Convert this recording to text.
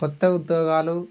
క్రొత్త ఉద్యోగాలు